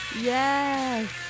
Yes